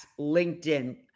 LinkedIn